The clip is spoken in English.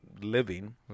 living